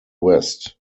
west